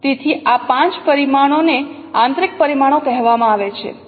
તેથી આ 5 પરિમાણોને આંતરિક પરિમાણો કહેવામાં આવે છે